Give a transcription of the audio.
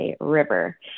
River